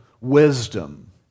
wisdom